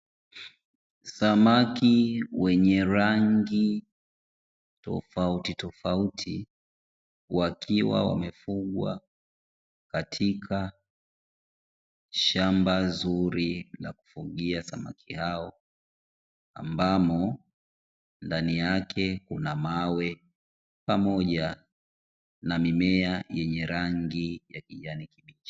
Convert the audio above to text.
Samaki wenye rangi tofauti tofauti wakiwa wamefugwa katika shamba zuri la kufugia samaki hao, ambamo ndani yake kuna mawe pamoja na mimea yenye rangi ya kijani kibichi.